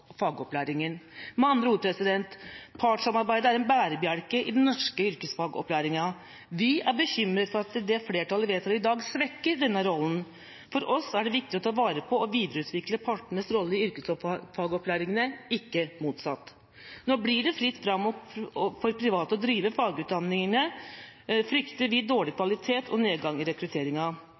fagopplæringen. Med andre ord: Partssamarbeidet er en bærebjelke i den norske yrkesfagopplæringen. Vi er bekymret for at det flertallet vedtar i dag, svekker denne rollen. For oss er det viktig å ta vare på og videreutvikle partenes rolle i yrkesfagopplæringen, ikke motsatt. Når det blir fritt fram for private å drive fagutdanning, frykter vi dårligere kvalitet og nedgang i